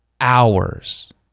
hours